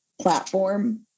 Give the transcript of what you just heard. platform